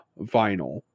vinyl